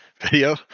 video